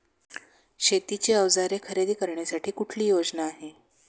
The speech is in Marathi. शेतीची अवजारे खरेदी करण्यासाठी कुठली योजना आहे?